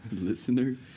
listener